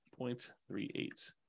0.38